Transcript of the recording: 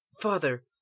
father